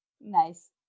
Nice